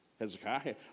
Hezekiah